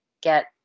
get